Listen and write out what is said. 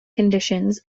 conditions